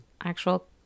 actual